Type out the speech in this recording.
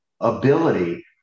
ability